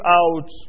out